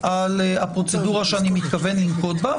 על הפרוצדורה שאני מתכוון לנקוט בה,